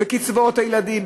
בקצבאות הילדים,